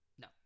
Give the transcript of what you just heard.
No